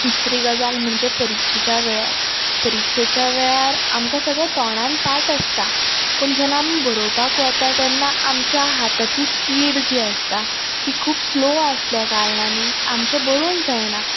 दुसरी गजाल म्हणजे परिक्षेच्या वेळार परिक्षेच्या वेळार आमकां सगळें तोंडान पाट आसता पूण जेन्ना आमी बरोवपाक वता तेन्ना आमच्या हाताची स्पीड जी आसता ती खूब स्लो आसल्या कारणान आनी आमचें बरोवन जायना